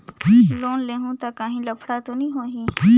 Loan लेहूं ता काहीं लफड़ा तो नी होहि?